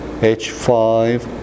H5